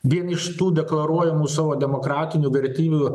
vien iš tų deklaruojamų savo demokratinių vertybių